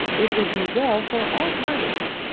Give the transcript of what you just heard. it would be well for all parties.